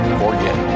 forget